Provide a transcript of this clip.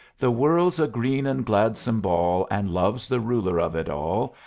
the world's a green and gladsome ball, and love's the ruler of it all,